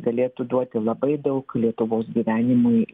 galėtų duoti labai daug lietuvos gyvenimui